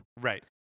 Right